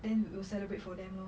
then will celebrate for them lor